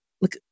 Look